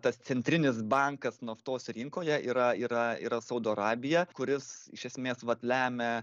tas centrinis bankas naftos rinkoje yra yra yra saudo arabija kuris iš esmės vat lemia